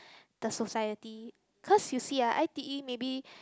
the society cause you see ah I_T_E maybe